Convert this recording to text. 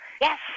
Yes